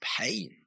pain